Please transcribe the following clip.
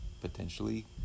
potentially